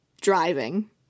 driving